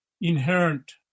inherent